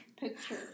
picture